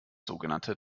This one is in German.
sogenannte